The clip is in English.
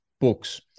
books